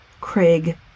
Craig